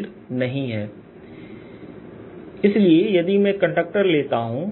VVdVV2VdVV2dVVVdSV2dV V2dV0 or V0 इसलिए यदि मैं एक कंडक्टर लेता हूं